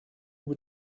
were